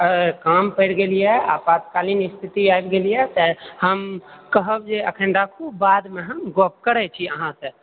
आ काम पड़ि गेल यऽ आपातकालीन स्थिति आबि गेलए तै हम कहब जे अखन राखू बादमे हम गप करैत छी अहाँसँ